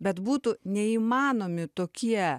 bet būtų neįmanomi tokie